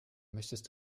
möchtest